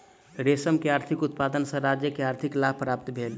रेशम के अधिक उत्पादन सॅ राज्य के आर्थिक लाभ प्राप्त भेल